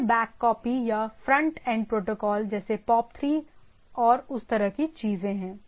अन्य back copy या front end protocol जैसे POP 3 और उस तरह की चीजें हैं